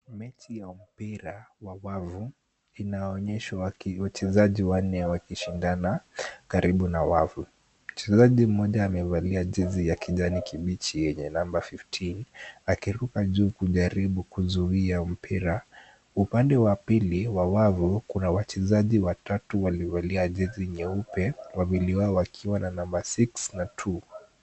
Mechi ya mpira wa wavu inaonyesha wachezaji wanne wakishindana karibu na wavu. Mchezaji mmoja amevalia jezi ya kijani kibichi yenye namba 15 akiruka juu kujaribu kuzuia mpira. Upande wa pili wa wavu kuna wachezaji watatu wamevalia jezi nyeupe wawili wao wakiwa na namba 6 na 2.